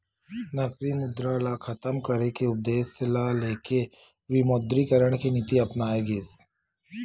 नकली मुद्रा ल खतम करे के उद्देश्य ल लेके विमुद्रीकरन के नीति अपनाए गिस